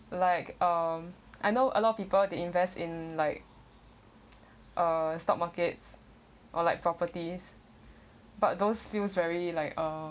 like um I know a lot of people they invest in like uh stock markets or like properties but those feels very like uh